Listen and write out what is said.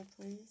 please